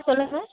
சொல்லுங்கள்